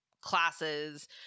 classes